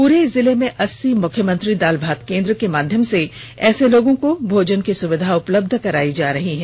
पूरे जिले में अस्सी मुख्यमंत्री दाल भात केन्द्र के माध्यम से ऐसे लोगों को भोजन की सुविधा उपलब्ध कराई जा रही है